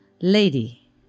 Lady